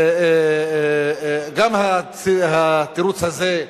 גם התירוץ הזה,